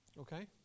Okay